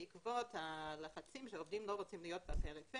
בעקבות הלחצים שעובדים לא רוצים להיות בפריפריה,